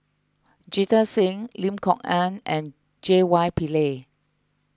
Jita Singh Lim Kok Ann and J Y Pillay